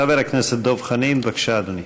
חבר הכנסת דב חנין, בבקשה, אדוני.